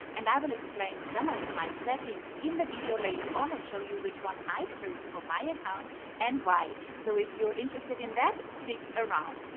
and i'll explain some of my settings in the video later on and show you which one i've chosen for my account and why. so if you're interested in that, stick around.